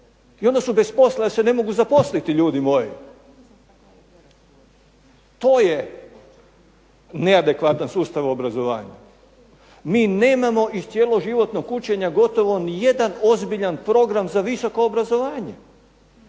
i onda su bez posla jer se ne mogu zaposliti, ljudi moji. To je neadekvatan sustav obrazovanja. Mi nemamo iz cjeloživotnog učenja gotovo nijedan ozbiljan program za visoko obrazovanje,